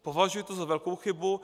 Považuji to za velkou chybu.